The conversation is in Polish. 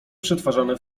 przetwarzane